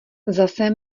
zase